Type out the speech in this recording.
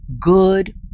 good